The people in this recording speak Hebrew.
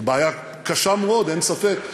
זו בעיה קשה מאוד, אין ספק.